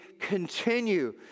continue